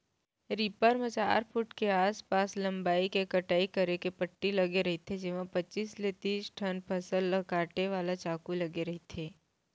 reaper म चार foot के आसपास लंबई के कटई करे के पट्टी लगे रहिथे जेमा पचीस ले तिस ठन फसल ल काटे वाला चाकू लगे रहिथे